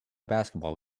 basketball